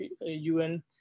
UN